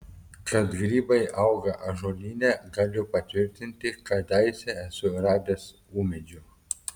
kad grybai auga ąžuolyne galiu patvirtinti kadaise esu radęs ūmėdžių